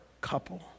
couple